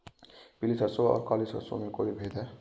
पीली सरसों और काली सरसों में कोई भेद है?